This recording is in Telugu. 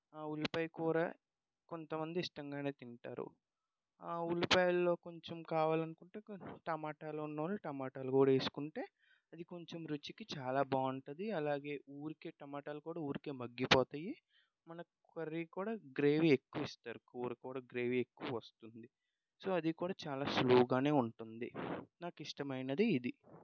ఆ ఉల్లిపాయ కూర కొంతమంది ఇష్టంగానే తింటారు ఆ ఉల్లిపాయల్లో కొంచెం కావాలని అనుకుంటే టమోటాలు ఉన్న వాళ్ళు టమోటాలు కూడా వేసుకుంటే అది రుచికి కొంచెం చాలా బాగుంటుంది అలాగే ఊరికే టమోటాలు కూడా ఊరికే మగ్గిపోతాయి మనకు కర్రీకి కూడా గ్రేవీ ఎక్కువ ఇస్తారు కూర కూడా గ్రేవీ ఎక్కువ వస్తుంది సో అది కూడా చాలా సులువుగానే ఉంటుంది నాకు ఇష్టమైనది ఇది